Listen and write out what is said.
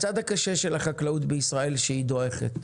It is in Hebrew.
הצד הקשה הוא שהחקלאות המדוברת דועכת,